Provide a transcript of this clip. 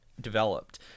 developed